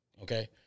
okay